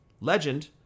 legend